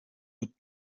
mit